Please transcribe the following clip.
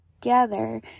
together